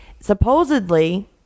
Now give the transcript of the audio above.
supposedly